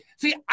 See